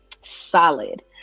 solid